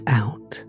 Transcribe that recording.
out